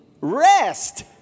rest